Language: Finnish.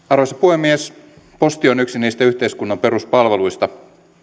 arvoisa puhemies posti on yksi niistä yhteiskunnan peruspalveluista